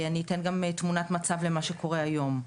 אני אתן גם תמונת מצב למה שקורה היום.